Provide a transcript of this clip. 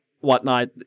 whatnot